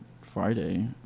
Friday